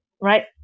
right